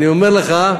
אני אומר לך,